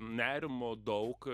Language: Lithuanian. nerimo daug